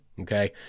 Okay